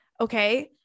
Okay